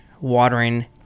watering